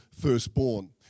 firstborn